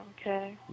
okay